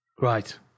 Right